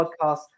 podcast